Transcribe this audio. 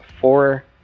four